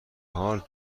حال